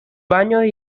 baños